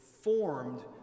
formed